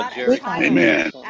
Amen